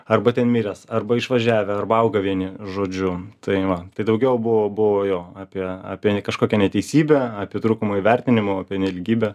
arba ten miręs arba išvažiavę arba auga vieni žodžiu tai va tai daugiau buvo buvo jo apie apie kažkokią neteisybę apie trūkumo įvertinimo apie nelygybę